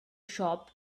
shop